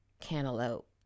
cantaloupe